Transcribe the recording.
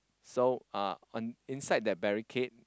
so uh on inside that barricade